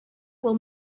will